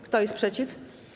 Kto jest przeciw?